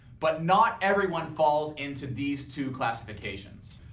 but not everyone falls into these two classifications.